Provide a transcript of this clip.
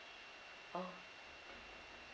oh